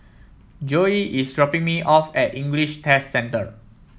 Joey is dropping me off at English Test Centre